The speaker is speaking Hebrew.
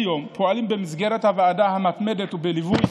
כיום פועלים במסגרת הוועדה המתמדת ובליווי